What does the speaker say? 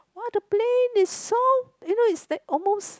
what the plane is so you know is like almost